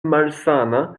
malsana